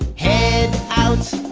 head out,